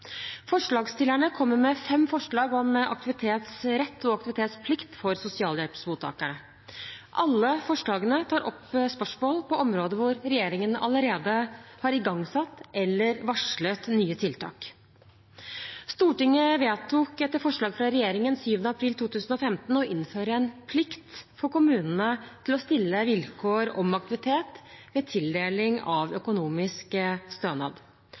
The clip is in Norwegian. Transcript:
Forslagsstillerne kommer med fem forslag om aktivitetsrett og aktivitetsplikt for sosialhjelpsmottakere. Alle forslagene tar opp spørsmål på områder der regjeringen allerede har igangsatt eller varslet nye tiltak. Stortinget vedtok etter forslag fra regjeringen 7. april 2015 å innføre en plikt for kommunene til å stille vilkår om aktivitet ved tildeling av økonomisk stønad.